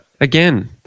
Again